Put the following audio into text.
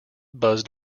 buzzed